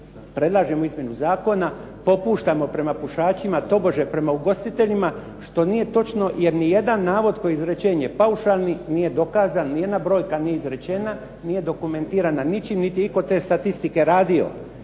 predlažemo izmjenu zakonu, popuštamo prema pušačima, tobože prema ugostiteljima, što nije točno jer nijedan navod koji izrečen je paušalni nije dokazan, nijedna brojka nije izrečena, nije dokumentirana ničim, niti je itko te statistike radio.